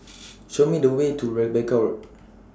Show Me The Way to Rebecca Road